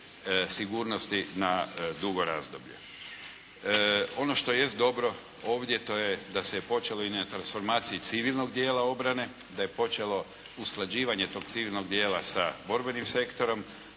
na dugo razdoblje. Ono što jest dobro ovdje, to je da se je počelo i na transformaciji civilnog dijela obrane, da je počelo usklađivanje tog civilnog dijela sa borbenim sektorom,